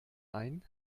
ein